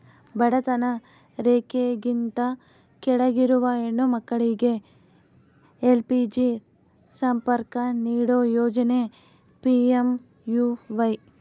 ಬಡತನ ರೇಖೆಗಿಂತ ಕೆಳಗಿರುವ ಹೆಣ್ಣು ಮಕ್ಳಿಗೆ ಎಲ್.ಪಿ.ಜಿ ಸಂಪರ್ಕ ನೀಡೋ ಯೋಜನೆ ಪಿ.ಎಂ.ಯು.ವೈ